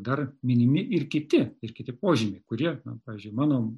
dar minimi ir kiti ir kiti požymiai kurie pavyzdžiui mano